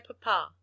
papa